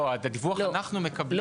את הדיווח אנחנו מקבלים.